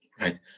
Right